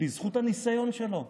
ובזכות הניסיון שלו,